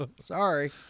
sorry